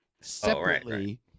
Separately